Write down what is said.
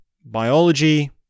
biology